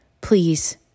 Please